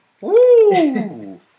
Woo